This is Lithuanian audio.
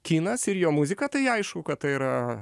kinas ir jo muzika tai aišku kad tai yra